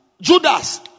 Judas